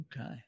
Okay